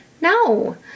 No